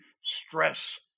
stress